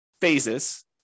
phases